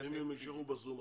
אם הם יישארו בזום?